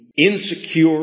insecure